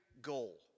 goal